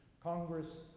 Congress